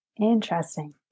Interesting